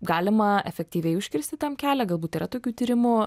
galima efektyviai užkirsti tam kelią galbūt yra tokių tyrimų